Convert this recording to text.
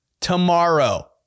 tomorrow